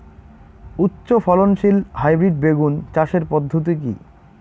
উচ্চ ফলনশীল হাইব্রিড বেগুন চাষের পদ্ধতি কী?